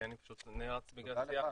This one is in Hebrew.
כי אני נאלץ לצאת.